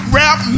rap